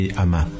ama